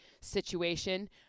situation